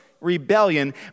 rebellion